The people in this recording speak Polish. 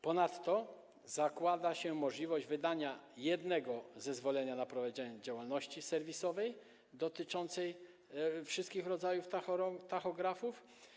Ponadto zakłada się możliwość wydania jednego zezwolenia na prowadzenie działalności serwisowej dotyczącej wszystkich rodzajów tachografów.